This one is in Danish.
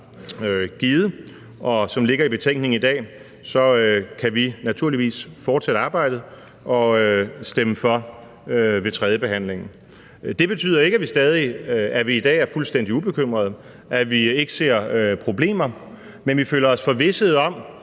givet, og som ligger i betænkningen i dag, kan vi naturligvis fortsætte arbejdet og stemme for ved tredjebehandlingen. Det betyder ikke, at vi i dag er fuldstændig ubekymrede, at vi ikke ser problemer, men vi føler os forvisset om,